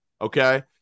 Okay